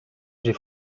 j’ai